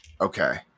okay